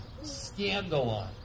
Scandalon